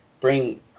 bring